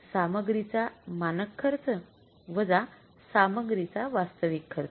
सामग्रीचा मानक खर्च सामग्रीचा वास्तविक खर्च